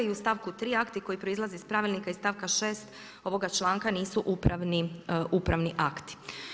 I u stavku 3. akti koji proizlaze iz pravilnika iz stavka 6. ovoga članka nisu upravni akti.